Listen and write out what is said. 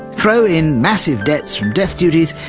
throw in massive debts from death duties,